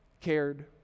cared